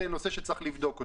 זה נושא שצריך לבדוק אותו.